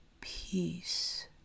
peace